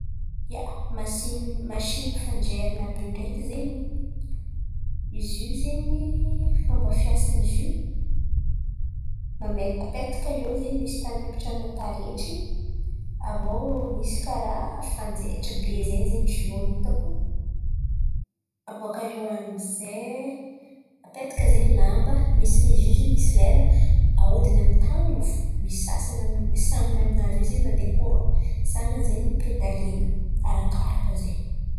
ia, masinina mashin̈y fanjairana àby io ndraiky zen̈y, izy io zen̈y fômba fiasan̈y zio apetaka eo zen̈y misy tan̈y amitrahan̈a taretry. Avô misy karà fanjaitry be zen̈y izy ao hitako, abôka eo amin'zay apetaka zen̈y lamba, izy io zen̈y misy lera ahodina amy ny tàn̈ana fo misy sasany san̈any amin'azy io zen̈y mandeha koron san̈any zen̈y pedalena, arakaraka zen̈y.